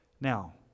Now